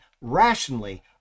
rationally